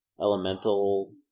elemental